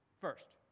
First